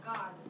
God